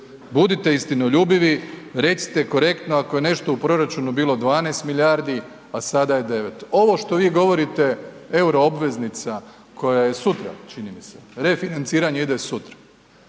Budite istinoljubivi, recite korektno ako je nešto u proračunu bili 12 milijardi a sada je 9. Ovo što vi govorite euro obveznica koja je sutra čini mi se, refinanciranje ide sutra.